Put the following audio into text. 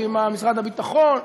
ועם משרד הביטחון.